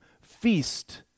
feast